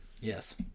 Yes